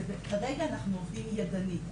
כרגע אנחנו עובדים ידנית.